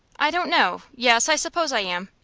i don't know yes, i suppose i am.